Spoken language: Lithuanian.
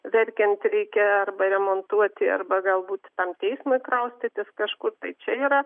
verkiant reikia arba remontuoti arba galbūt tam teismui kraustytis kažkur tai čia yra